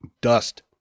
dust